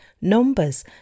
Numbers